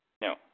No